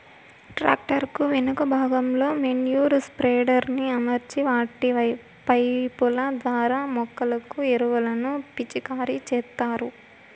tractor కు వెనుక భాగంలో మేన్యుర్ స్ప్రెడర్ ని అమర్చి వాటి పైపు ల ద్వారా మొక్కలకు ఎరువులను పిచికారి చేత్తారు